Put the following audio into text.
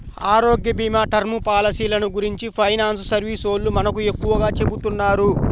ఆరోగ్యభీమా, టర్మ్ పాలసీలను గురించి ఫైనాన్స్ సర్వీసోల్లు మనకు ఎక్కువగా చెబుతున్నారు